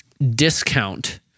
Discount